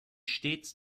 stets